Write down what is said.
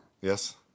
Yes